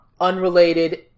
Unrelated